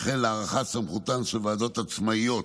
וכן להארכת סמכותן של ועדות עצמאיות,